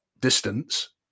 distance